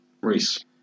Reese